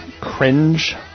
cringe